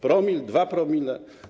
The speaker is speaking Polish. Promil, 2 promile?